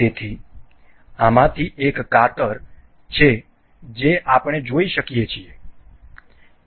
તેથી આમાંથી એક કાતર છે જે આપણે જોઈ શકીએ છીએ